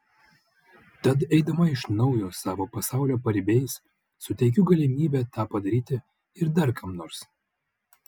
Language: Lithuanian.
tad eidama iš naujo savo pasaulio paribiais suteikiu galimybę tą padaryti ir dar kam nors